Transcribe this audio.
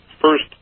first